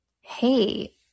hey